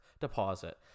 deposit